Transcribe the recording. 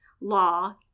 Law